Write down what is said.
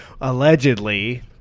Allegedly